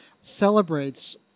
celebrates